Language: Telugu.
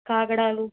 కాగడాలు